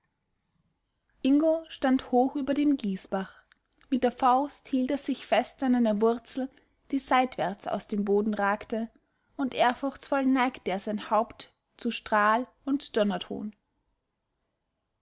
ingo stand hoch über dem gießbach mit der faust hielt er sich fest an einer wurzel die seitwärts aus dem boden ragte und ehrfurchtsvoll neigte er sein haupt zu strahl und donnerton